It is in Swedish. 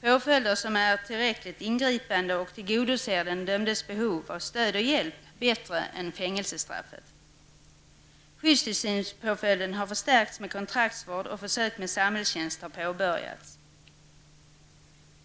påföljder som är tillräckligt ingripande och tillgodoser den dömdes behov av stöd och hjälp bättre än fängelsestraffet. Skyddstillsynspåföljden har förstärkts med kontraktsvård, och försök med samhällstjänst har påbörjats.